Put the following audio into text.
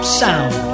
sound